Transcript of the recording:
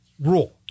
rule